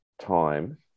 time